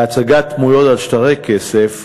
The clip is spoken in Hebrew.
בהצגת דמויות על שטרי כסף,